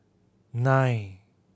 nine